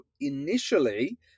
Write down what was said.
initially